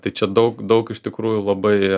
tai čia daug daug iš tikrųjų labai